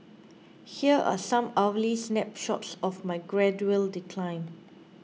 here are some hourly snapshots of my gradual decline